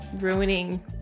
ruining